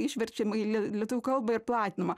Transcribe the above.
išverčiama į lie lietuvių kalbą ir platinama